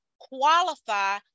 qualify